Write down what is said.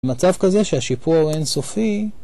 מצב כזה שהשיפור אינסופי